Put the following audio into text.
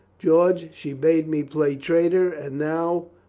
george, she bade me play traitor. and now,